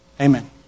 Amen